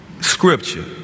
Scripture